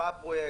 מה הפרויקט,